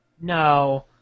No